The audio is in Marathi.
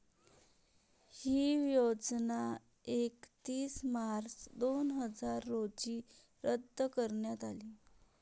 ही योजना एकतीस मार्च दोन हजार रोजी रद्द करण्यात आली